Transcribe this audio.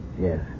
Yes